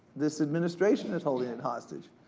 this administration is holding it hostage.